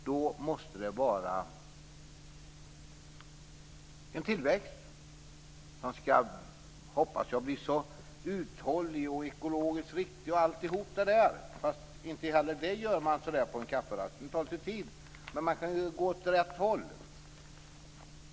Då måste det vara en tillväxt som blir, hoppas jag, uthållig och ekologiskt riktig. Men inte heller det åstadkommer man på en kafferast, för det tar lite tid. Men man kan ju gå åt rätt håll.